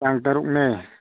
ꯇꯥꯡ ꯇꯔꯨꯛꯅꯦ